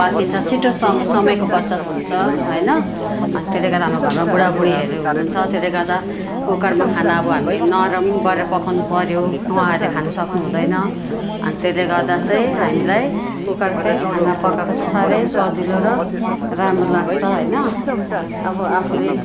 पाकिन्छ छिटो सम समयको बचत हुन्छ होइन अनि त्यसले गर्दा हाम्रो घरमा बुढाबुढीहरू हुनुहुन्छ त्यसले गर्दा कुकरमा खाना अब हामीले नरम गरेर पकाउनु पऱ्यो उहाँहरूले खानु सक्नुहुँदैन त्यसले गर्दा चाहिँ हामीलाई कुकरकै खाना पकाएको चाहिँ साह्रै स्वादिलो र राम्रो लाग्छ होइन अब आफूले